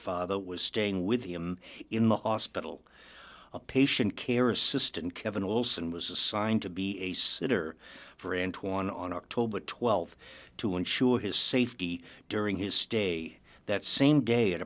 father was staying with him in the hospital a patient care assistant kevin olsen was assigned to be a sitter for and one on october th to ensure his safety during his stay that same day at